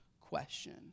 question